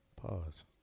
Pause